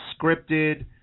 scripted